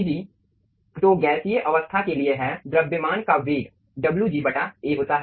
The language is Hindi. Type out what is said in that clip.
Gg तो गैसीय अवस्था के लिए है द्रव्यमान का वेग Wg A होता है